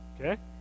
Okay